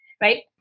right